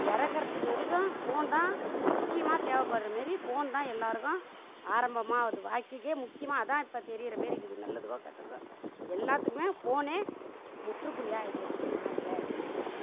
இறக்கறதுக்கு வரைக்கும் ஃபோன் தான் முக்கியமாக தேவைப்படுற மாரி ஃபோன் தான் எல்லாருக்கும் ஆரம்பமாக ஆவது வாழ்க்கைக்கே முக்கியமாக அதான் இப்போ தெரியற மாரி இருக்குது நல்லதுக்கோ கெட்டதுக்கோ எல்லாத்துக்குமே ஃபோனே முற்றுப்புள்ளியாக ஆயிப்போச்சு நாட்டில்